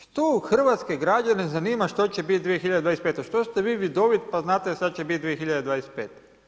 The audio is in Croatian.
Što hrvatske građane zanima što će biti 2025., što ste vi vidoviti pa znate što će biti 2025.